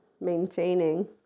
maintaining